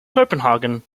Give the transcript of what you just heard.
copenhagen